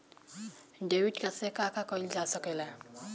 Debit card से का का कइल जा सके ला?